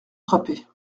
frappés